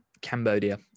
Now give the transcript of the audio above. Cambodia